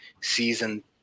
season